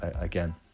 again